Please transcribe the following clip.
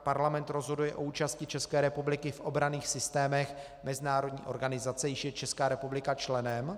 Parlament rozhoduje o účasti České republiky v obranných systémech mezinárodní organizace, jíž je Česká republika členem.